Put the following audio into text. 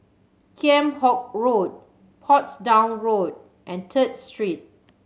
Kheam Hock Road Portsdown Road and Third Street